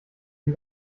die